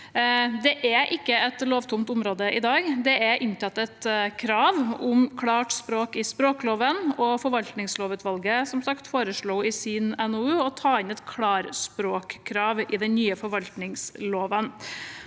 Det er ikke et lovtomt område i dag. Det er inntatt et krav om klart språk i språkloven, og forvaltningslovutvalget foreslo i sin NOU å ta inn et klarspråkkrav i den nye forvaltningsloven.